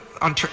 on